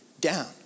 down